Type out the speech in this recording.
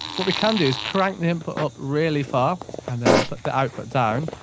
what we can do is crank the input up really far, and then put the output down,